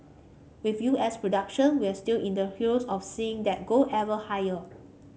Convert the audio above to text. with U S production we're still in the throes of seeing that go ever higher